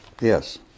Yes